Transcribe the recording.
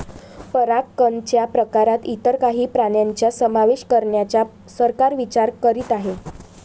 परागकणच्या प्रकारात इतर काही प्राण्यांचा समावेश करण्याचा सरकार विचार करीत आहे